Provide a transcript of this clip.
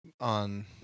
on